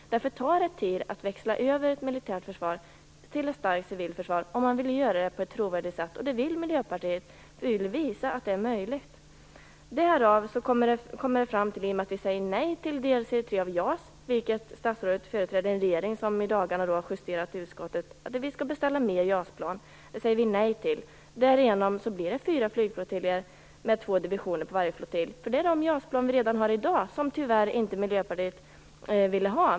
Därför tar det tid att växla över från ett militärt försvar till ett starkt civilt försvar om man vill göra det på ett trovärdigt sätt, och det vill vi i Miljöpartiet. Vi vill visa att detta är möjligt. Därför säger vi nej till delserie 3 av JAS. Men statsrådet företräder en regering som i dagarna har justerat ett utskottsbetänkande som går ut på att man skall beställa fler JAS-plan. Det säger vi nej till. Därigenom blir det fyra flygflottiljer med två divisioner på varje flottilj. Det motsvarar de JAS-flygplan som redan i dag är beställda, men som Miljöpartiet inte vill ha.